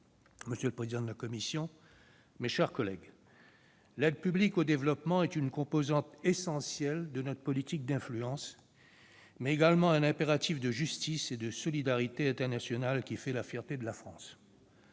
monsieur le président de la commission des affaires étrangères, mes chers collègues, l'aide publique au développement est une composante essentielle de notre politique d'influence, mais également un impératif de justice et de solidarité internationale qui fait la fierté de la France.